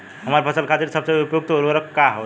हमार फसल खातिर सबसे उपयुक्त उर्वरक का होई?